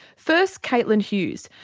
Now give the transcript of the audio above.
first caitlin hughes,